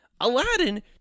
Aladdin